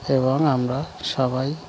এবং আমরা সবাই